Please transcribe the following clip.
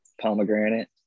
pomegranate